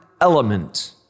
element